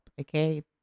okay